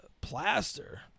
plaster